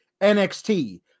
NXT